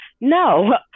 no